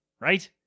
right